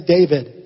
David